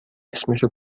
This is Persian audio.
اسمشو